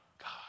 God